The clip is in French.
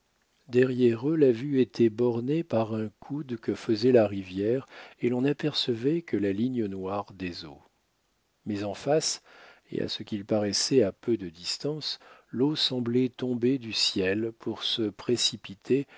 derrière eux la vue était bornée par un coude que faisait la rivière et l'on n'apercevait que la ligne noire des eaux mais en face et à ce qu'il paraissait à peu de distance l'eau semblait tomber du ciel pour se précipiter